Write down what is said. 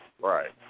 Right